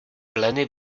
pleny